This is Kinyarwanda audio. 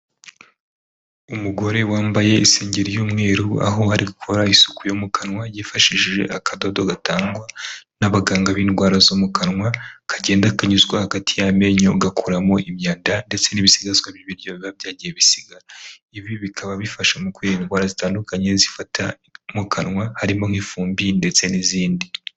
Umugore wambaye isengeri ry'umweru, aho ari gukora isuku yo mu kanwa yifashishije akadodo gatangwa n'abaganga b'indwara zo mu kanwa kagenda kanyuzwa hagati y'amenyo gakuramo imyanda ndetse n'ibisigazwa by'ibiryo biba byagiye bisigaramu kanwa, ibi bikaba bifasha mu kwirinda indwara zitandukanye zifata mu kanwa harimo nk'ifumbi, ndetse n'izindi.